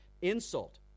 insult